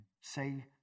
say